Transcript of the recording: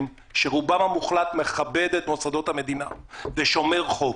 שרובם המוחלט מכבד את מוסדות המדינה ושומר חוק.